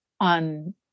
on